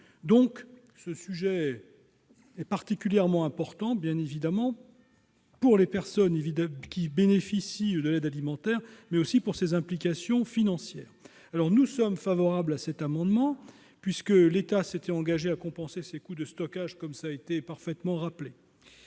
Le sujet est particulièrement important, bien évidemment pour les personnes qui bénéficient de l'aide alimentaire, mais aussi en raison de ses implications financières. Nous sommes favorables à cet amendement, ... Très bien !... puisque l'État s'était engagé à compenser les coûts de stockage, comme cela a été parfaitement rappelé.